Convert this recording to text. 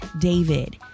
David